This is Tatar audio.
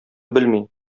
белми